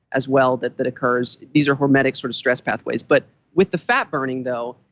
as well, that that occurs. these are hormetic sort of stress pathways but with the fat burning, though,